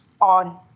on